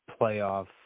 playoff